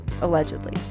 allegedly